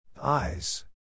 Eyes